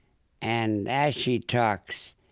and as she talks,